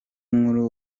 nkuru